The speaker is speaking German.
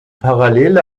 parallele